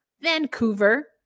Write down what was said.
Vancouver